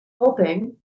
helping